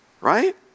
Right